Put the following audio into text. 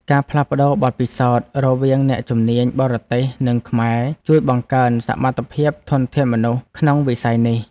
ការផ្លាស់ប្តូរបទពិសោធន៍រវាងអ្នកជំនាញបរទេសនិងខ្មែរ ជួយបង្កើនសមត្ថភាពធនធានមនុស្សក្នុងវិស័យនេះ។